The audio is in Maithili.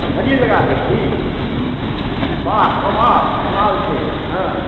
झड़ी लगा देलखिन बाह कमाल कमाल छै हँ